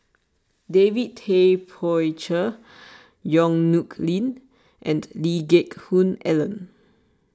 David Tay Poey Cher Yong Nyuk Lin and Lee Geck Hoon Ellen